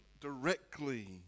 directly